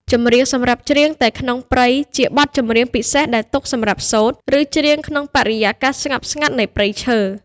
ចម្រៀងសម្រាប់ច្រៀងតែក្នុងព្រៃ ជាបទចម្រៀងពិសេសដែលទុកសម្រាប់សូត្រ ឬច្រៀងក្នុងបរិយាកាសស្ងប់ស្ងាត់នៃព្រៃឈើ។